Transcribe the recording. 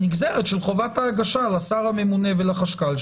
הנגזרת שלה לשר הממונה ולחשכ"ל,